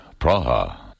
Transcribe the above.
Praha